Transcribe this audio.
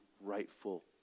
rightful